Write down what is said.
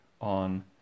on